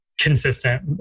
consistent